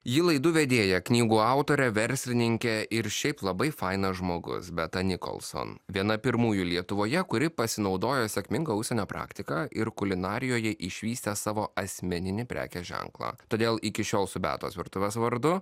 ji laidų vedėja knygų autorė verslininkė ir šiaip labai fainas žmogus beata nicholson viena pirmųjų lietuvoje kuri pasinaudojo sėkminga užsienio praktika ir kulinarijoje išvystę savo asmeninį prekės ženklą todėl iki šiol su beatos virtuvės vardu